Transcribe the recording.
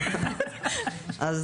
אז